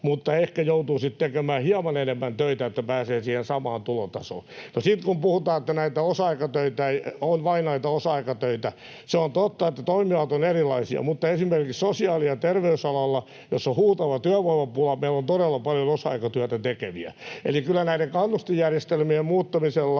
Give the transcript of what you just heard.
mutta ehkä joutuu sitten tekemään hieman enemmän töitä, että pääsee siihen samaan tulotasoon. No, sitten kun puhutaan, että on vain näitä osa-aikatöitä. Se on totta, että toimijat ovat erilaisia, mutta esimerkiksi sosiaali- ja terveysalalla, jossa on huutava työvoimapula, meillä on todella paljon osa-aikatyötä tekeviä. Eli kyllä näiden kannustinjärjestelmien muuttamisella